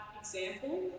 example